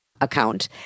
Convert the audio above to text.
account